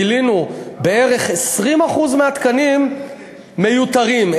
גילינו: בערך 20% מהתקנים מיותרים.